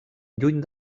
lluny